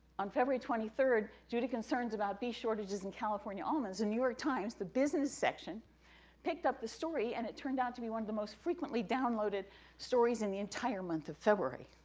on february twenty third, due to concerns about bee shortages in california, um and the new york times, the business section picked up the story, and it turned out to be one of the most frequently downloaded stories in the entire month of february.